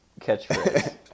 Catchphrase